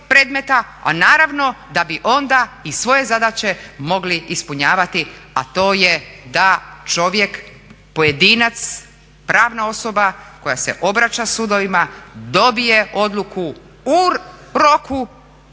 a naravno da bi onda i svoje zadaće mogli ispunjavati a to je da čovjek pojedinac, pravna osoba koja se obraća sudovima dobije odluku u roku,